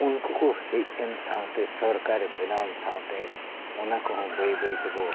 ᱩᱱᱠᱩ ᱠᱚ ᱦᱮᱡ ᱮᱱ ᱥᱟᱶᱛᱮ ᱥᱚᱨᱠᱟᱨᱮ ᱵᱮᱱᱟᱣᱮᱱ ᱥᱟᱶᱛᱮ ᱚᱱᱟ ᱠᱚᱦᱚᱸ ᱵᱟᱹᱭ ᱵᱟᱹᱭ ᱛᱮᱵᱚ